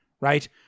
Right